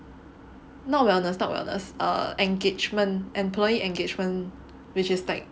not wellness not wellness err engagement employee engagement which is like